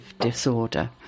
disorder